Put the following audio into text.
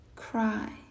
cry